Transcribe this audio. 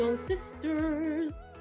sisters